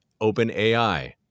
OpenAI